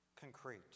concrete